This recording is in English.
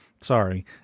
Sorry